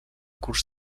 curs